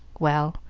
well,